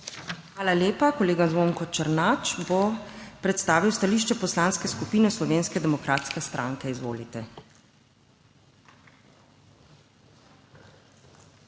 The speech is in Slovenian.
Hvala lepa. Kolega Zvonko Černač bo predstavil stališče Poslanske skupine Slovenske demokratske stranke. Izvolite. **ZVONKO